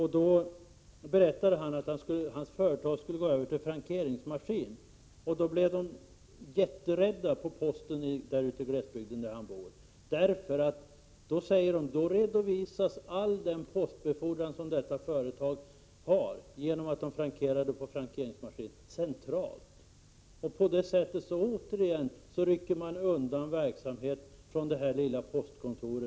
Han berättade att hans företag skulle börja frankera sin post med hjälp av en frankeringsmaskin. På poststationen i den glesbygden där han bor blev man då mycket rädd, eftersom all den postbefordran som detta företag har då skulle redovisas centralt på grund av att företaget börjar använda sig av frankeringsmaskin. På detta sätt undanrycks alltså verksamhet från detta lilla postkontor.